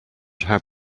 have